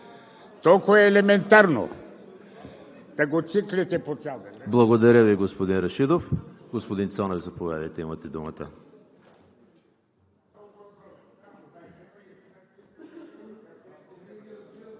Толкова е елементарно, та го циклите по цял ден.